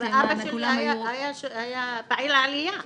לכולם היו --- ואבא שלי היה פעיל עלייה.